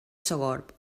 sogorb